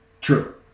True